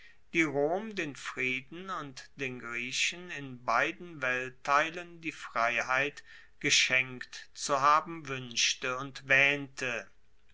die rom den frieden und den griechen in beiden weltteilen die freiheit geschenkt zu haben wuenschte und waehnte